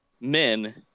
men